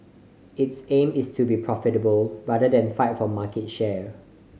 its aim is to be profitable rather than fight for market share